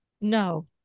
No